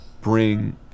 bring